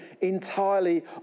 entirely